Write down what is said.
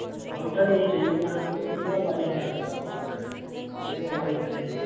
outer में ही चहिए था तो कितना वाइड है आपका वो प्लाट कितने बाई का है